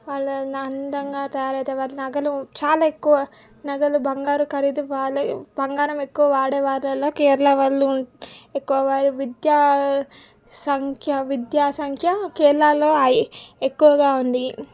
వాళ్ళ అందంగా తయారైతే వారి నగలు చాలా ఎక్కువ నగలు బంగారు ఖరీదు వాళ్ళే బంగారం ఎక్కువ వాడే వాళ్ళలో కేరళ వాళ్ళు ఉన్ ఎక్కువ వారు విద్యా సంఖ్య విద్యా సంఖ్య కేరళలో ఐ ఎక్కువగా ఉంది